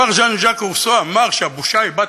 כבר ז'אן ז'אק רוסו אמר שהבושה היא בת